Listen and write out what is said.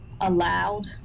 allowed